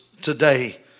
today